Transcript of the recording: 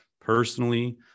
personally